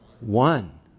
One